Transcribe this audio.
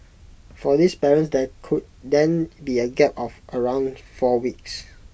for these parents there could then be A gap of around four weeks